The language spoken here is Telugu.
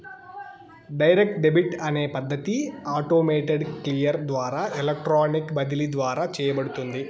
డైరెక్ట్ డెబిట్ అనే పద్ధతి ఆటోమేటెడ్ క్లియర్ ద్వారా ఎలక్ట్రానిక్ బదిలీ ద్వారా చేయబడుతుంది